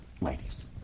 ladies